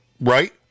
Right